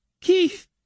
Keith